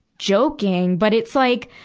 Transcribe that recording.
joking, but it's, like,